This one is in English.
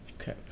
Okay